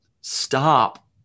stop